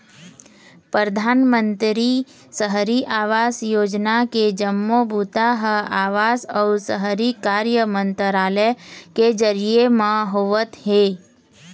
परधानमंतरी सहरी आवास योजना के जम्मो बूता ह आवास अउ शहरी कार्य मंतरालय के जरिए म होवत हे